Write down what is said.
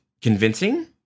convincing